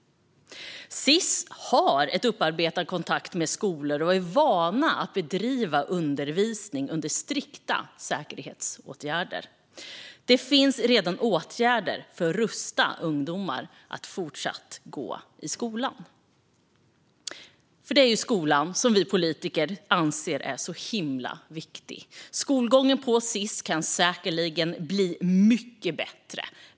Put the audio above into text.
Sis har en upparbetad kontakt med skolor och är van vid att bedriva undervisning under strikta säkerhetsåtgärder. Det finns redan åtgärder för att rusta ungdomar så att de fortsätter gå i skolan. Det är ju skolan som vi politiker anser är så himla viktig. Skolgången på Sis kan säkerligen bli mycket bättre.